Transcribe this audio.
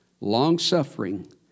Long-suffering